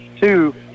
two